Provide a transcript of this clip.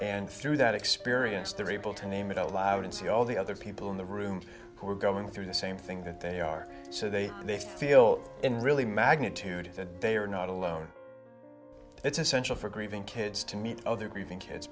and through that experience they are able to name it out loud and see all the other people in the room who are going through the same thing that they are so they feel really magnitude that they are not alone it's essential for grieving kids to meet other grieving kids